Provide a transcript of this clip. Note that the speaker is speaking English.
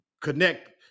connect